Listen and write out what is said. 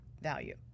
value